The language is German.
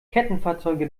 kettenfahrzeuge